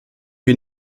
wir